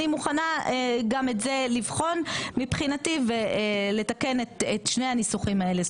אני מוכנה גם את זה לבחון מבחינתי ולתקן את שני הניסוחים האלה,